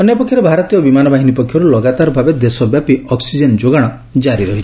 ଅନ୍ୟପକ୍ଷରେ ଭାରତୀୟ ବିମାନବାହିନୀ ପକ୍ଷରୁ ଲଗାତାର ଭାବେ ଦେଶବ୍ୟାପୀ ଅକୁଜେନ ଯୋଗାଣ ଜାରି ରହିଛି